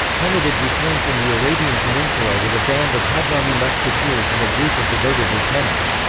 kenadid returned from the arabian peninsula with a band of hadhrami musketeers and a group of devoted lieutenants.